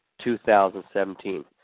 2017